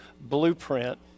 blueprint